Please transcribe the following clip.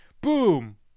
boom